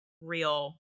real